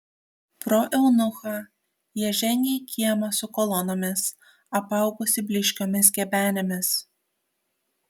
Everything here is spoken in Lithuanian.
pro eunuchą jie žengė į kiemą su kolonomis apaugusį blyškiomis gebenėmis